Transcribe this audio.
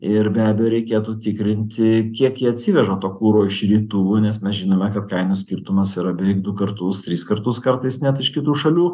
ir be abejo reikėtų tikrinti kiek jie atsiveža to kuro iš rytų nes mes žinome kad kainų skirtumas yra beveik du kartus tris kartus kartais net iš kitų šalių